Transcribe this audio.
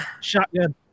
Shotgun